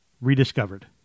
rediscovered